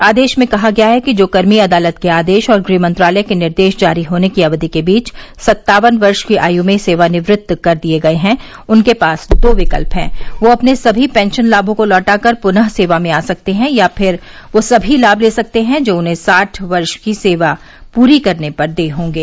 आदेश में कहा गया है कि जो कर्मी अदालत के आदेश और गृह मंत्रालय के निर्देश जारी होने की अवधि के बीच सत्तावन वर्ष की आय में सेवानिवृत्त कर दिये गये हैं उनके पास दो विकल्प है वे अपने सभी पेंशन लाभों को लौटा कर पुनः सेवा में आ सकते हैं या फिर वह सभी लाभ ले सकते हैं जो उन्हें साठ वर्ष की सेवा पूरी करने पर देय होंगे